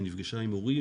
היא נפגשה עם הורים.